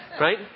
Right